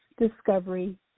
discovery